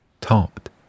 topped